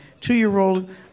two-year-old